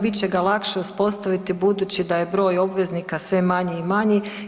Bit će ga lakše uspostaviti budući da je broj obveznika sve manji i manji.